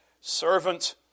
servant